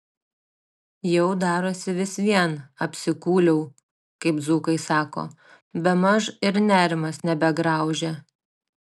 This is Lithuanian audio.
jau darosi vis vien apsikūliau kaip dzūkai sako bemaž ir nerimas nebegraužia